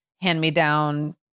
hand-me-down